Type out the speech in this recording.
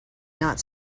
not